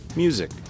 music